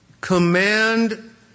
command